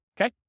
okay